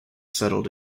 settled